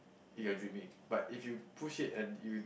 you are dreaming but if you push it and you